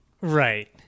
right